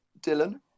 Dylan